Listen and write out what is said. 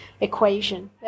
equation